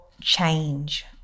change